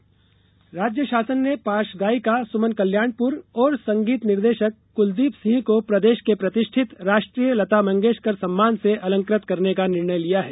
लता सम्मान राज्य शासन ने पार्श्व गायिका सुमन कल्याणपुर और संगीत निर्देशक कुलदीप सिंह को प्रदेश के प्रतिष्ठित राष्ट्रीय लता मंगेश्कर सम्मान से अलंकृत करने का निर्णय लिया है